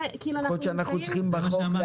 יכול להיות שאנחנו צריכים לעגן את זה בחוק,